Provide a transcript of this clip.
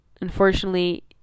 unfortunately